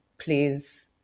please